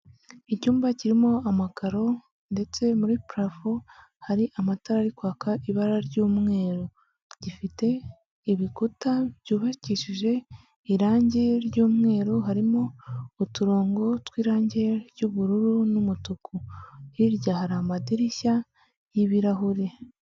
Icyumba kirimo amakaro ndetse muri purafo hari amatara ari kwaka ibara ry’umweru. Gifite ibikuta byubakishije irangi ry’umweru, harimo uturongo tw’irangi ry’ubururu n’umutuku hirya hari amadirishya y’ibirahure.